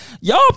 Y'all